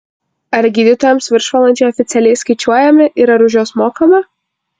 ar gydytojams viršvalandžiai oficialiai skaičiuojami ir ar už juos mokama